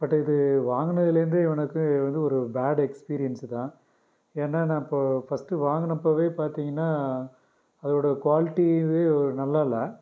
but இது வாங்கினதுலேந்தே எனக்கு வந்து ஒரு பேடு எக்ஸ்பீரியன்ஸு தான் ஏன்னால் நான் இப்போது ஃபர்ஸ்ட் வாங்கினப்பவே பார்த்தீங்கன்னா அதோடய குவாலிட்டியேவே நல்லாயில்லை